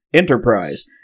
Enterprise